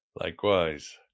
likewise